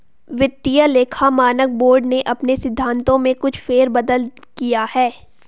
वित्तीय लेखा मानक बोर्ड ने अपने सिद्धांतों में कुछ फेर बदल किया है